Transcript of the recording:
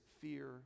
fear